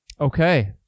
Okay